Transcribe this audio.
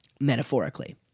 metaphorically